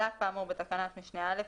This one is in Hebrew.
(ב)על אף האמור בתקנת משנה (א),